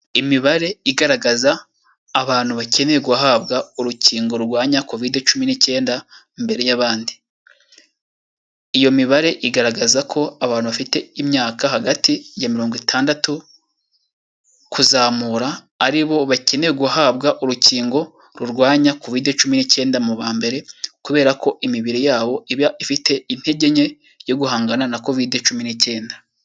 Imibare igaragaza abantu bakeneye guhabwa urukingo rurwanya covid cumi n'icyenda imbere y'abandi. Iyo mibare igaragaza ko abantu bafite imyaka hagati ya mirongo itandatu kuzamura ari bo bakeneye guhabwa urukingo rurwanya covid cumi n'icyenda mu ba mbere, kubera ko imibiri yabo iba ifite intege nke yo guhangana na covid cumi n'icyenda.